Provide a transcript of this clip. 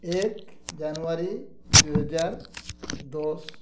ଏକ ଜାନୁଆରୀ ଦୁଇହଜାର ଦଶ